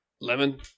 Lemon